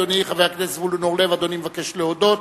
אדוני חבר הכנסת זבולון אורלב, אדוני מבקש להודות,